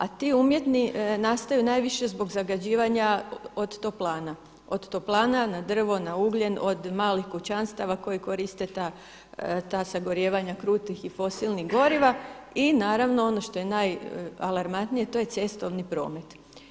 A ti umjetni nastaju najviše zbog zagađivanja od toplana, od toplana na drvo, na ugljen, od malih kućanstava koji koriste ta sagorijevanja krutih i fosilnih goriva i naravno ono što je najalarmantnije to je cestovni promet.